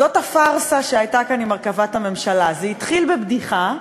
זאת הפארסה שהייתה כאן עם הרכבת הממשלה: זה התחיל בבדיחה,